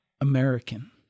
American